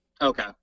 Okay